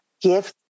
gift